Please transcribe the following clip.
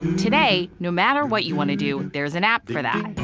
today, no matter what you want to do, there's an app for that.